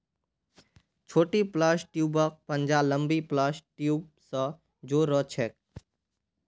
छोटी प्लस ट्यूबक पंजा लंबी प्लस ट्यूब स जो र छेक